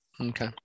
Okay